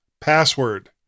password